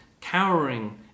cowering